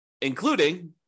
including